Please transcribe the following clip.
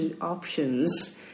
options